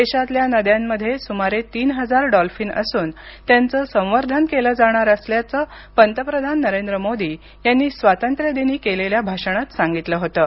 देशातल्या नद्यांमध्ये सुमारे तीन हजार डॉल्फिन असून त्यांचं संवर्धन केलं जाणार असल्याचं पंतप्रधान नरेंद्र मोदी यांनी स्वातंत्र्यदिनी केलेल्या भाषणात सांगितलं होतं